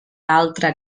altra